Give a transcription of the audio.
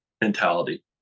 mentality